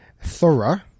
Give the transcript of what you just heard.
thorough